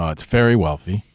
ah it's very wealthy.